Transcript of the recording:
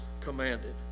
commanded